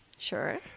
Sure